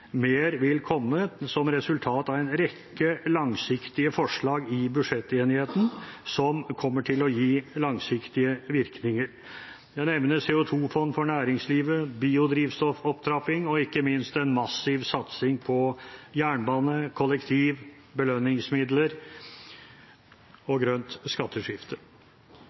mer vil komme, som resultat av en rekke langsiktige forslag i budsjettenigheten som kommer til å gi langsiktige virkninger. Jeg nevner CO 2 -fond for næringslivet, biodrivstoffopptrapping og ikke minst en massiv satsing på jernbane, kollektiv, belønningsmidler og grønt skatteskifte.